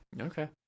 Okay